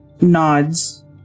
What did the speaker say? nods